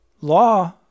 law